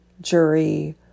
jury